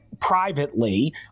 privately